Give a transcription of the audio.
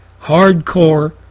Hardcore